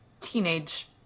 Teenage